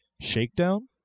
shakedown